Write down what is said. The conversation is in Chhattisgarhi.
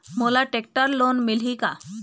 मोला टेक्टर लोन मिलही का?